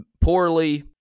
poorly